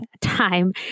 time